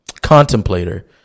contemplator